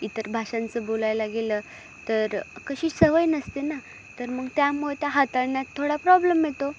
इतर भाषांचं बोलायला गेलं तर कशी सवय नसते ना तर मग त्यामुळे त्या हाताळण्यात थोडा प्रॉब्लेम येतो